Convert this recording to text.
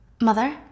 Mother